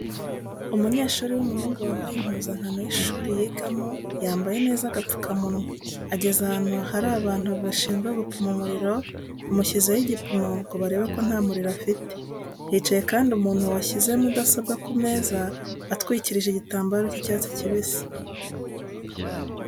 Umunyeshuri w'umuhungu wambaye impuzankano y'ishuri yigamo yambaye neza agapfukamunwa ageze ahantu hari abantu bashinzwe gupima umuriro bamushyizeho igipimo ngo barebe ko nta muriro afite, hicaye kandi umuntu washyize mudasobwa ku meza atwikirije igitambaro cy'icyatsi kibisi.